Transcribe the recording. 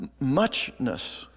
muchness